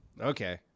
Okay